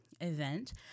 event